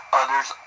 others